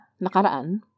Nakaraan